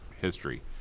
history